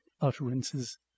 utterances